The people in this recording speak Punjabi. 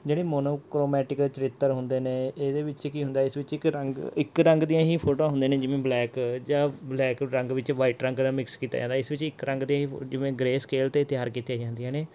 ਜਿਹੜੇ ਮੋਨੋਕੋਮੈਟਿਕ ਚਰਿੱਤਰ ਹੁੰਦੇ ਨੇ ਇਹਦੇ ਵਿੱਚ ਕੀ ਹੁੰਦਾ ਇਸ ਵਿੱਚ ਇੱਕ ਰੰਗ ਇੱਕ ਰੰਗ ਦੀਆਂ ਹੀ ਫੋਟੋਆਂ ਹੁੰਦੀਆਂ ਨੇ ਜਿਵੇਂ ਬਲੈਕ ਜਾਂ ਬਲੈਕ ਰੰਗ ਵਿੱਚ ਵਾਈਟ ਰੰਗ ਦਾ ਮਿਕਸ ਕੀਤਾ ਜਾਂਦਾ ਇਸ ਵਿੱਚ ਇੱਕ ਰੰਗ ਦੇ ਜਿਵੇਂ ਗਰੇ ਸਕੇਲ 'ਤੇ ਤਿਆਰ ਕੀਤੇ ਜਾਂਦੀਆਂ ਨੇ